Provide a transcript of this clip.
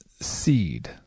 seed